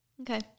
Okay